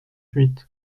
huit